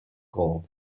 gold